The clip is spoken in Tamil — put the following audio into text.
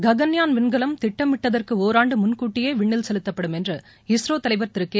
ககன்யான் விண்கலம் திட்டமிட்டதற்கு ஓராண்டு முன்கூட்டியே விண்ணில் செலுத்தப்படும் என்று இஸ்ரோ தலைவர் திரு கே